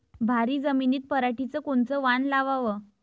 भारी जमिनीत पराटीचं कोनचं वान लावाव?